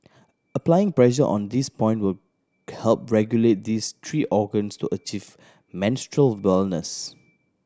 applying pressure on this point will help regulate these three organs to achieve menstrual wellness